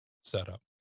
setup